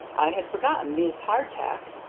i had forgotten these hardtack.